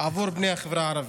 עבור בני החברה הערבית.